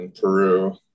Peru